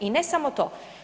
I ne samo to.